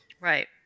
Right